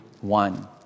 one